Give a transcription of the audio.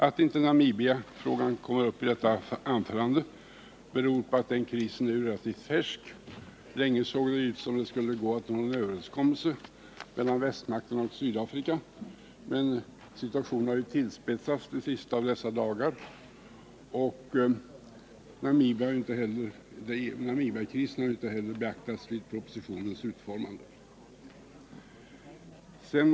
Att Namibiafrågan inte tas upp i detta anförande beror på att den krisen är relativt färsk. Länge såg det ut som om det skulle gå att nå en överenskommelse mellan västmakterna och Sydafrika, men sedan har situationen tillspetsats under de senaste dagarna. Dessutom har Namibiakrisen inte heller beaktats vid utformandet av propositionen.